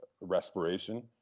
respiration